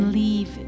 leave